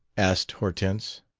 asked hortense.